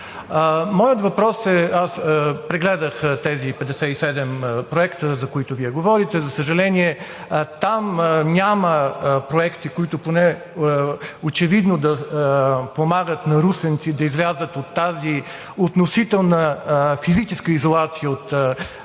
Европа изобщо. Аз прегледах тези 57 проекта, за които Вие говорите. За съжаление, там няма проекти, които очевидно да помагат на русенци да излязат от тази относителна физическа изолация от останалата